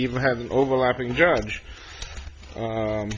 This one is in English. even having overlapping judge